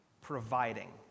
providing